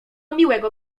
miłego